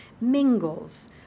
mingles